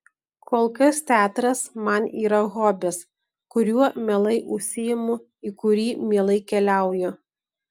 kol kas teatras man yra hobis kuriuo mielai užsiimu į kurį mielai keliauju